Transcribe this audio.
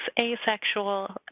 asexual